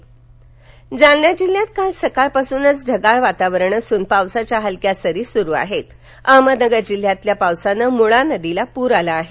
पाऊस जालना अहमदनगर जालना जिल्ह्यात काल सकाळपासूनच ढगाळ वातावरण असून पावसाच्या हलक्या सरी सूरु आहेत अहमदनगर जिल्ह्यातल्या पावसानं मुळा नदीला पूर आला आहे